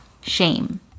shame